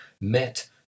met